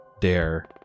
dare